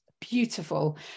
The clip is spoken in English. beautiful